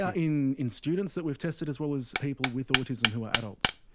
yeah in in students that we've tested, as well as people with autism who are adults.